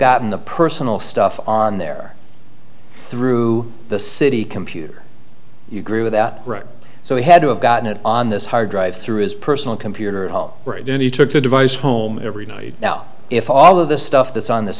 gotten the personal stuff on there through the city computer you grew that right so he had to have gotten it on this hard drive through his personal computer at home and he took the device home every night now if all of the stuff that's on this